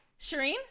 Shireen